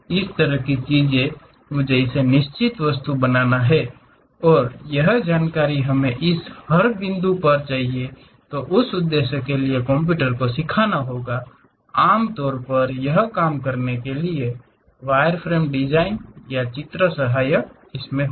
इस तरह की चीजें मुझे इसे निश्चित वस्तु पर बनाना होगा और यह जानकारी हमें इसे हर बिंदु पर और उस उद्देश्य के लिए कंप्यूटर को सिखाना होगा आमतौर पर यह काम के लिए वायरफ्रेम डिजाइन या चित्र सहायक होगा